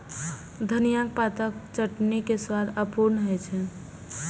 धनियाक पातक चटनी के स्वादे अपूर्व होइ छै